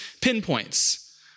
pinpoints